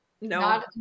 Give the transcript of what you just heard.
no